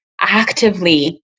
actively